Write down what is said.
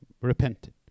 repented